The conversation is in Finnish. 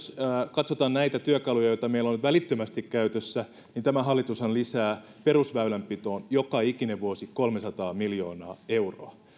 katsotaan näitä työkaluja joita meillä on nyt välittömästi käytössä niin tämä hallitushan lisää perusväylänpitoon joka ikinen vuosi kolmesataa miljoonaa euroa